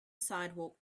sidewalk